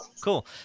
cool